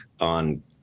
on